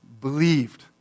believed